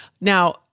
Now